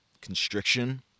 constriction